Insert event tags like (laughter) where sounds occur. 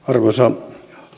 (unintelligible) arvoisa